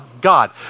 God